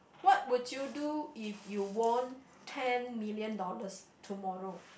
what would you do if you won ten million dollars tomorrow